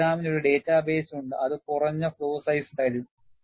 പ്രോഗ്രാമിന് ഒരു ഡാറ്റാബേസ് ഉണ്ട് അത് കുറഞ്ഞ ഫ്ലോ സൈസ് തരും